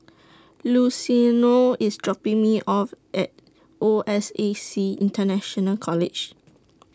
Luciano IS dropping Me off At O S A C International College